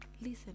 listen